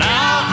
Now